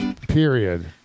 period